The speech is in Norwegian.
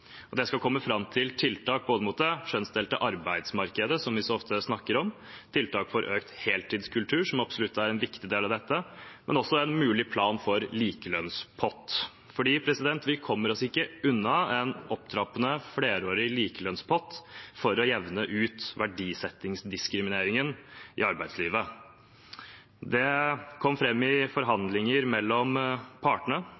Det skal komme fram til både tiltak mot det kjønnsdelte arbeidsmarkedet, som vi så ofte snakker om, tiltak for økt heltidskultur, som absolutt er en viktig del av dette, og også en mulig plan for en likelønnspott. Vi kommer oss ikke unna en opptrappende, flerårig likelønnspott for å jevne ut verdisettingsdiskrimineringen i arbeidslivet. Det kom fram i forhandlinger mellom partene